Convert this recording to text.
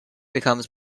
becomes